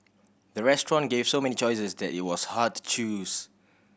the restaurant gave so many choices that it was hard to choose